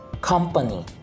company